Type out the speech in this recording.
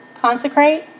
consecrate